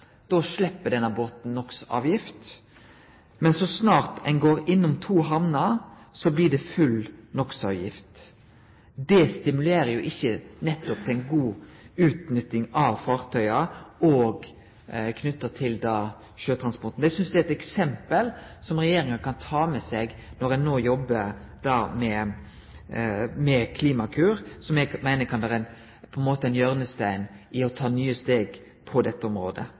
slepp båten NOx-avgift, men så snart han går innom to hamner, blir det full NOx-avgift. Det stimulerer jo ikkje nettopp til ei god utnytting av fartøya og sjøtransporten. Eg synest det er eit eksempel som regjeringa kan ta med seg når dei no jobbar med Klimakur, som eg meiner på ein måte kan vere ein hjørnestein i det å ta nye steg på dette området.